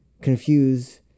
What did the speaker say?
confuse